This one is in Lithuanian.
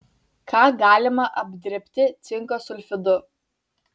ką galima apdirbti cinko sulfidu